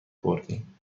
بردیم